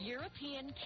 European